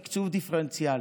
תקצוב דיפרנציאלי: